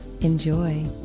Enjoy